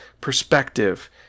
perspective